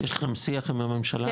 יש לכם שיח עם הממשלה?